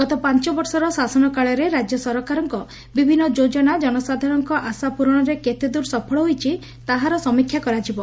ଗତ ପାଞ୍ ବର୍ଷର ଶାସନ କାଳରେ ରାଜ୍ୟ ସରକାରଙ୍କ ବିଭିନ୍ନ ଯୋଜନା ଜନସାଧାରଣଙ୍କ ଆଶା ପୂରଣରେ କେତେଦ୍ର ସଫଳ ହୋଇଛି ତାହାର ସମୀକ୍ଷା କରାଯିବ